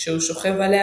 שהוא שוכב עליה,